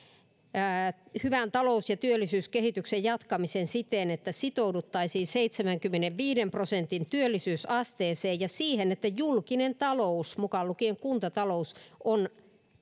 hyvän talous ja työllisyyskehityksen jatkamisen siten että sitouduttaisiin seitsemänkymmenenviiden prosentin työllisyysasteeseen ja siihen että julkinen talous mukaan lukien kuntatalous on